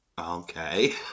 Okay